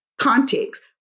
context